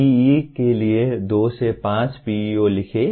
BE के लिए दो से पांच PEO लिखें